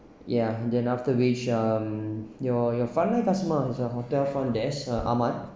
ya then after which um your your front line customer as in your hotel front-desk ah Ahmad